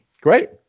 Great